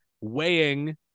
weighing